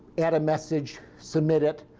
add a message, submit it.